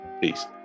peace